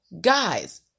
guys